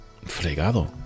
Fregado